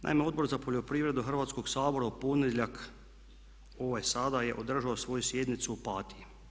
Naime, Odbor za poljoprivredu Hrvatskoga sabora u ponedjeljak ovaj sada je održao svoju sjednicu u Opatiji.